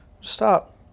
stop